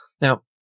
Now